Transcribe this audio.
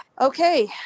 Okay